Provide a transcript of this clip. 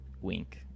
wink